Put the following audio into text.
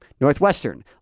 Northwestern